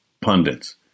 pundits